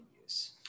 use